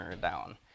down